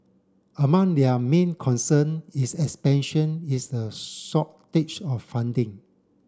among their main concern is is a shortage of funding